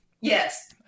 Yes